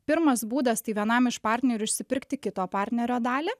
pirmas būdas tai vienam iš partnerių išsipirkti kito partnerio dalį